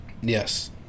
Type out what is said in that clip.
yes